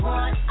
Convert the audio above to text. one